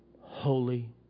holy